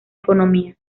economía